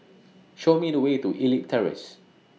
Show Me The Way to Elite Terrace